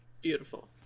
beautiful